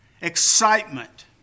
excitement